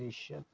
देशात